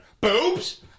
Boobs